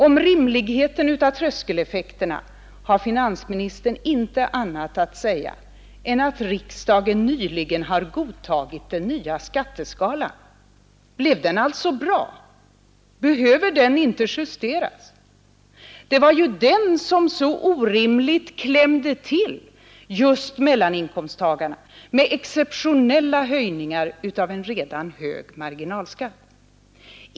Om rimligheten av tröskeleffekterna har finansministern inte annat att säga än att riksdagen nyligen har godtagit den nya skatteskalan. Blev den alltså bra? Behöver den inte justeras? Det var ju den som på ett så orimligt sätt klämde åt just mellaninkomsttagarna med exceptionella höjningar av en redan hög marginalskatt.